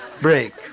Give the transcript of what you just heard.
Break